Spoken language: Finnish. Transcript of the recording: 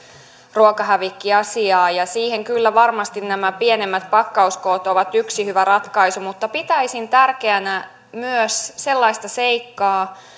ruokahävikkiasiaa ja siihen kyllä varmasti nämä pienemmät pakkauskoot ovat yksi hyvä ratkaisu mutta pitäisin tärkeänä myös sellaista seikkaa